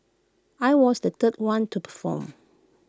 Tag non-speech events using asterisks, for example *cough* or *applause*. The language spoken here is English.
I was the third one to perform *noise*